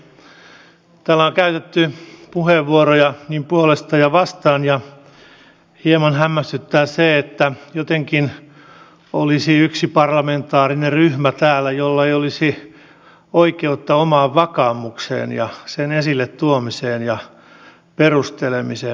täällä on käytetty puheenvuoroja niin puolesta kuin vastaan ja hieman hämmästyttää se että jotenkin olisi yksi parlamentaarinen ryhmä täällä jolla ei olisi oikeutta omaan vakaumukseen ja sen esille tuomiseen ja perustelemiseen